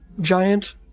giant